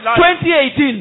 2018